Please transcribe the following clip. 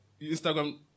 Instagram